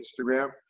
Instagram